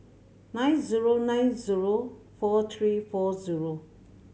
nine zero nine zero four three four zero